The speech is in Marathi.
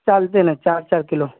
चालते ना चार चार किलो